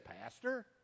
Pastor